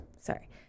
sorry